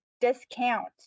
discount